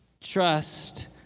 Trust